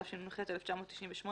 התשנ״ח-1998